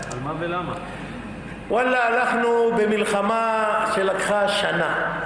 וואלה אנחנו במלחמה שלקחה שנה.